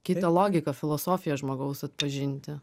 kitą logiką filosofiją žmogaus atpažinti